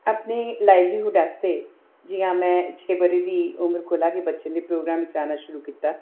अपने लावलीहुड आस्तै जि'यां में छे ब'रें दी उमरै शा गै बच्चें दे प्रोग्राम च आना शूरु कीता